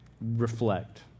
reflect